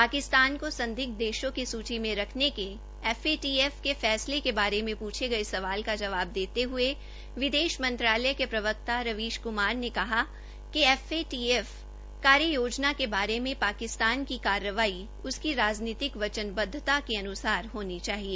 पाकिस्तार को संदिग्ध देशों की सूची में रखने के एफएटीएफ के फैसले के बारे में पूछे गए सवालों का जवाब देते हुए विदेश मंत्रालय के प्रवक्ता रवीश कुमार ने कहा कि एफएटीएफ कार्ययोजना के बारे में पाकिस्तान की कार्यवाई उसकी राजनीतिक वचनबद्धता के अनुसार होनी चाहिए